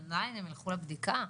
עדיין הם ילכו לבדיקה.